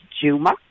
Juma